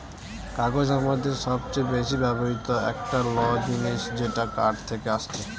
কাগজ আমাদের সবচে বেশি ব্যবহৃত একটা ল জিনিস যেটা কাঠ থেকে আসছে